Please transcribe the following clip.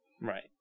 Right